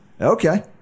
Okay